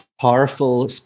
powerful